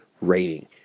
rating